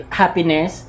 happiness